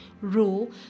rule